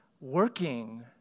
working